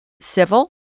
civil